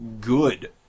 good